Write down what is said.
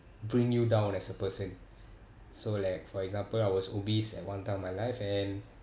bring you down as a person so like for example I was obese at one time of my life and